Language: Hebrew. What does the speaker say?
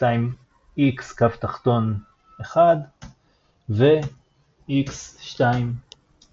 \displaystyle x_{1} ו- x 2 \displaystyle